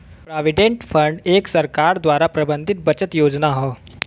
provident fund एक सरकार द्वारा प्रबंधित बचत योजना हौ